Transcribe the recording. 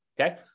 Okay